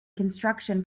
construction